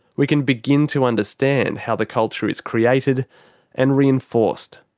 we can begin to understand how the culture is created and reinforced.